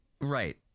Right